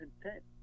content